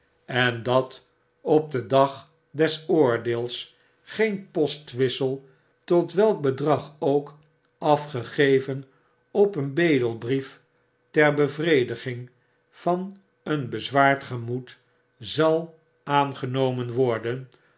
en dat op den dag des oordeels geen postwissel tot welk bedrag ook afgegeven op een bedelbrief ter bevrediging van een bezwaard gemoed zal aangenomen worden